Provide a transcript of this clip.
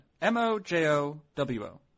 M-O-J-O-W-O